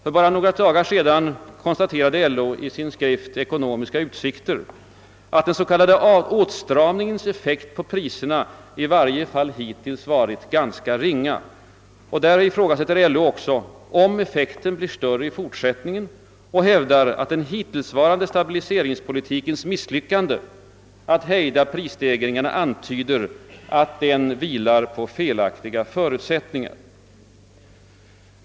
För bara några dagar sedan konstaterade LO i sin skrift »Ekonomiska utsikter», att »den s.k. åtstramningens effekt på priserna i varje fall hittills varit ganska ringa». Därvid ifrågasätter LO också om effekten blir större i fortsättningen och hävdar att den hittillsvarande stabiliseringspolitikens misslyckande att hejda prisstegringarna antyder att den » vilar på felaktiga förutsättningar».